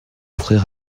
frère